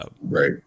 right